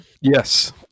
Yes